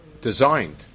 designed